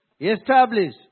establish